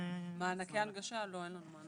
מענקי הנגשה.